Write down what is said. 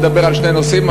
לדבר על שני נושאים,